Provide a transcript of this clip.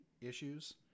issues